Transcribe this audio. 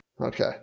Okay